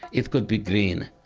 it could be green,